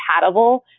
compatible